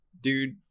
dude